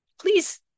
please